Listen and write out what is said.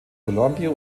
columbia